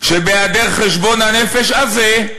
שבהיעדר חשבון הנפש הזה,